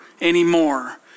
anymore